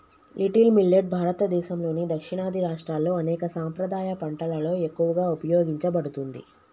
little millet భారతదేసంలోని దక్షిణాది రాష్ట్రాల్లో అనేక సాంప్రదాయ పంటలలో ఎక్కువగా ఉపయోగించబడుతుంది